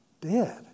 dead